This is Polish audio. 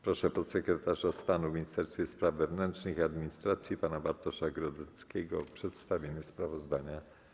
Proszę podsekretarza stanu w Ministerstwie Spraw Wewnętrznych i Administracji pana Bartosza Grodeckiego o przedstawienie sprawozdania.